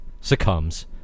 succumbs